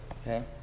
okay